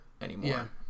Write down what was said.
anymore